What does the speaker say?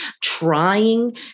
trying